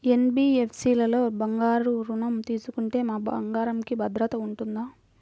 NBFC లలో బంగారు ఋణం తీసుకుంటే మా బంగారంకి భద్రత ఉంటుందా?